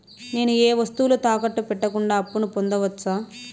నేను ఏ వస్తువులు తాకట్టు పెట్టకుండా అప్పును పొందవచ్చా?